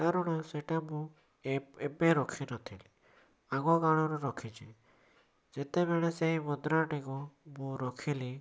କାରଣ ସେଇଟା ମୁଁ ଏବ ଏବେ ରଖି ନଥିଲି ଆଗ କାଳରୁ ରଖିଛି ଯେତେବେଳେ ସେଇ ମୁଦ୍ରା ଟିକୁ ମୁଁ ରଖିଲି